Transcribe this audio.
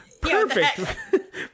Perfect